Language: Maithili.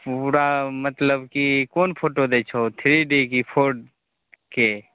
पूरा मतलब कि कोन फोटो दै छहो थ्री डी कि फोरके